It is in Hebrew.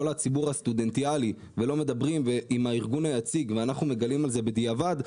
הציבור הסטודנטיאלי ולא מדברים עם הארגון היציג ואנחנו מגלים על זה בדיעבד,